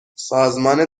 سازمان